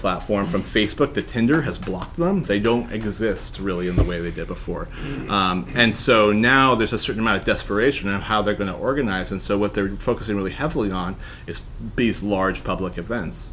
platform from facebook to tender has blocked them they don't exist really in the way they did before and so now there's a certain amount of desperation on how they're going to organize and so what they're focusing really heavily on is these large public events